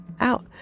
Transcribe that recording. out